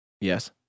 Yes